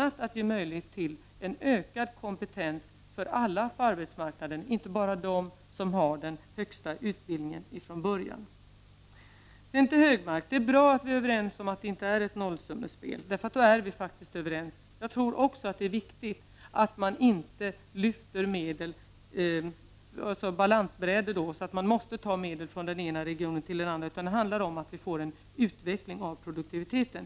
bl.a. att ge möjlighet till en ökad kompetens för alla på arbetsmarknaden, denna möjlighet skall inte bara gälla dem som har den från början högsta utbildningen. Till Anders G Högmark vill jag säga att det är bra att vi är överens om att det inte är ett nollsummespel det är fråga om. Det är viktigt att man inte lyfter medel på så sätt att man måste ta dessa från den ena regionen till den andra — så att det alltså blir likt ett balansbräde. Det handlar i stället om att vi får en utveckling av produktiviteten.